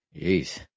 Jeez